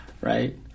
Right